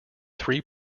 three